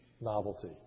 novelty